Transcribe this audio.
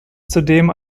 zudem